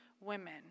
women